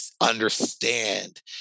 understand